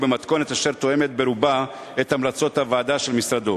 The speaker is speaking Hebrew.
ובמתכונת אשר תואמת ברובה את המלצות הוועדה של משרדו.